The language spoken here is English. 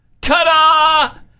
Ta-da